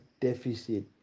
deficit